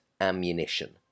ammunition